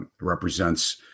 represents